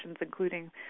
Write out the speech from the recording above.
including